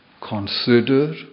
consider